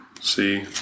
see